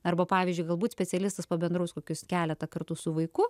arba pavyzdžiui galbūt specialistas pabendraus kokius keletą kartų su vaiku